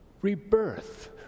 rebirth